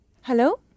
Hello